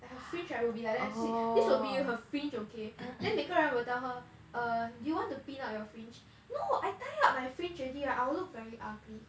like her fringe like will be like that se~ this will be her fringe okay then 每个人 will tell her err do you want to pin up your fringe no I tie up my fringe already lah I will look very ugly